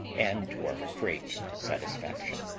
and to our great satisfaction.